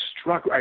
struck